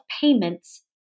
payments